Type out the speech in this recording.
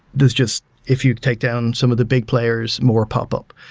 there's just if you take down some of the big players, more popup.